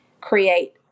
create